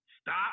stop